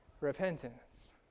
Repentance